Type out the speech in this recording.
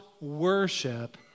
worship